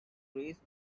rays